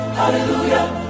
hallelujah